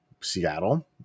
Seattle